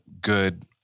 good